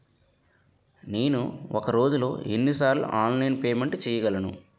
నేను ఒక రోజులో ఎన్ని సార్లు ఆన్లైన్ పేమెంట్ చేయగలను?